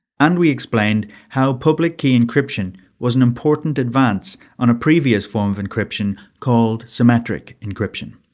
and we explained how public key encryption was an important advance on a previous form of encryption, called symmetric encryption.